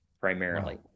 primarily